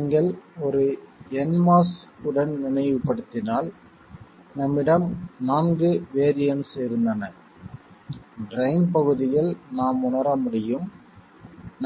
நீங்கள் ஒரு nMOS உடன் நினைவுபடுத்தினால் நம்மிடம் நான்கு வேரியண்ட்ஸ் இருந்தன ட்ரைன் பகுதியில் நாம் உணர முடியும்